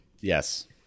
Yes